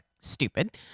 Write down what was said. stupid